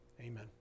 Amen